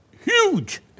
huge